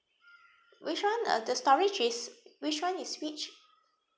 which [one] uh the storage is which [one] is which